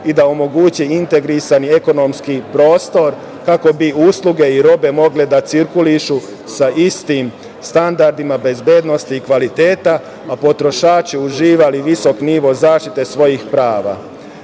i da omogući integrisani ekonomski prostor, kako bi usluge i robe mogle da cirkulišu sa istim standardima bezbednosti i kvaliteta, a potrošači uživali visok nivo zaštite svojih prava. Dati